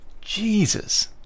Jesus